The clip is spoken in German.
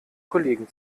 kollegen